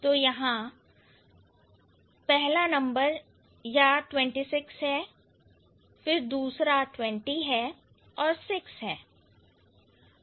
तो यहां FL या 26 है और फिर 20 और 6 हैं